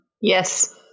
Yes